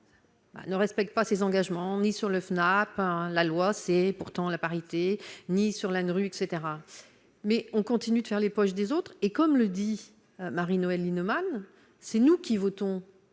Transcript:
Ne respecte pas ses engagements, ni sur le FNAP la loi, c'est pourtant la parité, ni sur l'ANRU etc mais on continue de faire les poches des autres, et comme le dit Marie-Noëlle Lienemann c'est nous qui votons